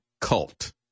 cult